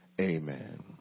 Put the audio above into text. Amen